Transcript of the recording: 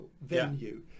venue